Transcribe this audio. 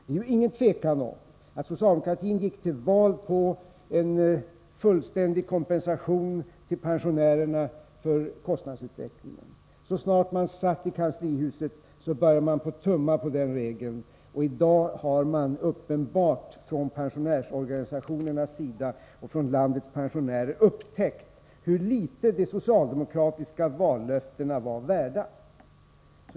Det är ju inget tvivel om att socialdemokratin gick till val på löften om en fullständig kompensation till pensionärerna för kostnadsutvecklingen. Så snart man satt i kanslihuset började man tumma på den regeln, och i dag är det uppenbart att såväl pensionärsorganisationerna som landets pensionärer har upptäckt hur litet de socialdemokratiska vallöftena var värda.